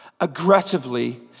aggressively